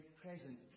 present